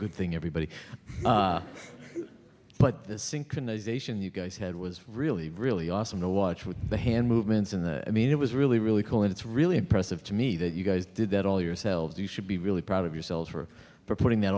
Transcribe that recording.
good thing everybody but this synchronization you guys had was really really awesome to watch with the hand movements and the i mean it was really really cool and it's really impressive to me that you guys did that all yourselves you should be really proud of yourselves for putting that